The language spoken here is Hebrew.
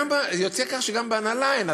יוצא כך שגם בהנהלה אין.